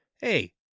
hey